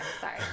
sorry